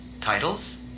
titles